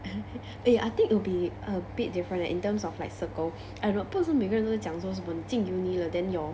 eh I think it'll be a bit different leh in terms of like circle eh not 不是每个人都讲说什么进 uni 了 then your